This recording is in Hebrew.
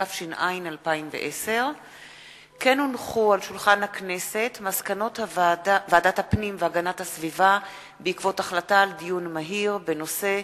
התש"ע 2010. מסקנות ועדת הפנים והגנת הסביבה בעקבות דיון מהיר בנושא: